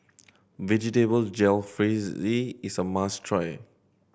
Vegetable Jalfrezi is a must try